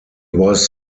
was